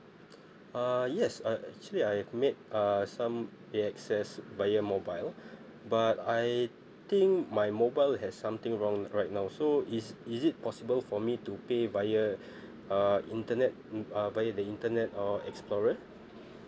uh yes uh actually I've made uh some A X S via mobile but I think my mobile has something wrong right now so is is it possible for me to pay via uh internet mm uh via the internet or explorer